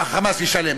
"חמאס" ישלם.